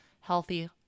healthy